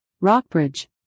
Rockbridge